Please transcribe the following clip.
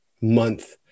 month